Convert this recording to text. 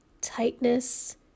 tightness